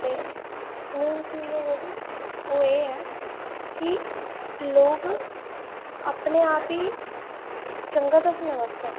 ते मेन चीज़ जेह्ड़ी ओह् एह् ऐ कि लोग अपने आप गी चंगा दस्सने आस्तै